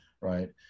Right